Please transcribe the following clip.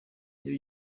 iyo